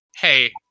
hey